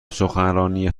سخنرانی